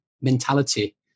mentality